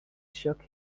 shook